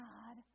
God